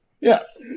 Yes